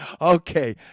Okay